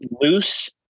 loose